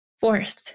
Fourth